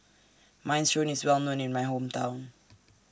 Minestrone IS Well known in My Hometown